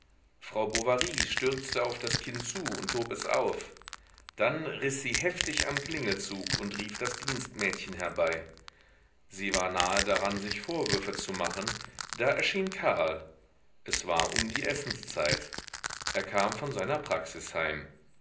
frau bovary stürzte auf das kind zu und hob es auf dann riß sie heftig am klingelzug und rief das dienstmädchen herbei sie war nahe daran sich vorwürfe zu machen da erschien karl es war um die essenszeit er kam von seiner praxis heim